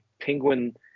penguin